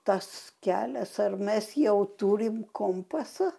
tas kelias ar mes jau turim kompasą